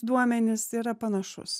duomenis yra panašus